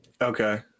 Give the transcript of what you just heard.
Okay